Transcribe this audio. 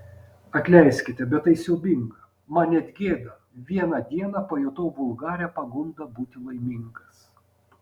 atleiskite bet tai siaubinga man net gėda vieną dieną pajutau vulgarią pagundą būti laimingas